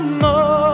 more